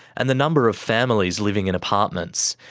and the number of families living in apartments,